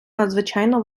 надзвичайно